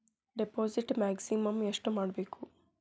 Deposit maximum ಎಷ್ಟು ಮಾಡಬೇಕು?